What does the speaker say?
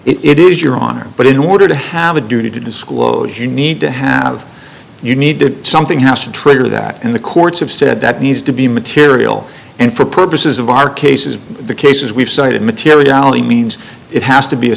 it is your honor but in order to have a duty to disclose you need to have you need to do something has to trigger that and the courts have said that needs to be material and for purposes of our cases the cases we've cited materiality means it has to be a